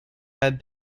had